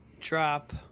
Drop